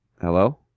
Hello